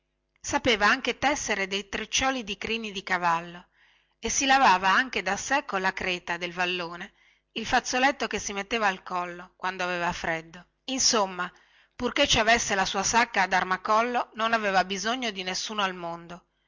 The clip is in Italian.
sapeva anche tessere dei treccioli di crini di cavallo e si lavava anche da sè colla creta del vallone il fazzoletto che si metteva al collo quando aveva freddo insomma purchè ci avesse la sua sacca ad armacollo non aveva bisogno di nessuno al mondo